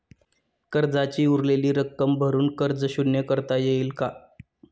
कर्जाची उरलेली रक्कम भरून कर्ज शून्य करता येईल का?